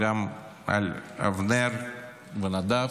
גם על אבנר ונדב,